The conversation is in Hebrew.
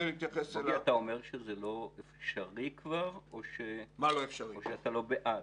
אתה אומר שזה לא אפשרי כבר או שאתה לא בעד?